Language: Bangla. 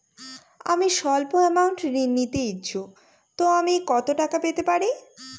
আমি সল্প আমৌন্ট ঋণ নিতে ইচ্ছুক তো আমি কত টাকা পেতে পারি?